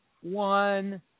one